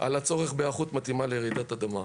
על הצורך בהיערכות מתאימה לרעידת אדמה.